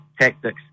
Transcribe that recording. tactics